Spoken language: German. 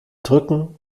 drücken